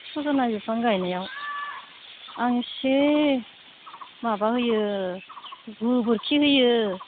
सजना बिफां गायनायाव आं एसे माबा होयो गोबोरखि होयो